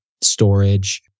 storage